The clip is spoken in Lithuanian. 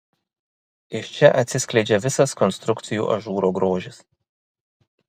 iš čia atsiskleidžia visas konstrukcijų ažūro grožis